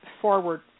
forward